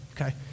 okay